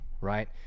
right